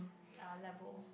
level